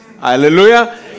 Hallelujah